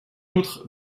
autre